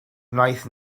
wnaeth